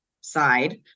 side